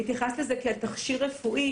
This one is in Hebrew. התייחסת לזה כאל תכשיר רפואי,